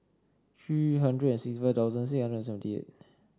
three hundred and sixty five thousand six hundred and seventy eight